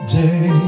day